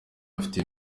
bafite